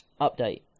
update